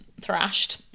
thrashed